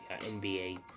NBA